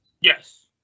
Yes